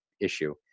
issue